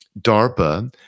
DARPA